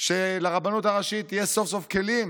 שלרבנות הראשית יהיו סוף-סוף כלים